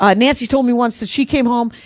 um nancy told me once that she came home,